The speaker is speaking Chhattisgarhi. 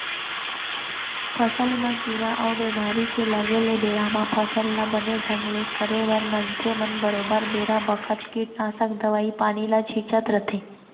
फसल म कीरा अउ बेमारी के लगे ले बेरा म फसल ल बने ढंग ले करे बर मनसे मन बरोबर बेरा बखत कीटनासक दवई पानी ल छींचत रथें